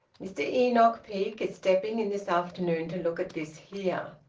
mr enoch peake is stepping in this afternoon to look at this here.